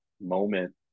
moment